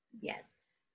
Yes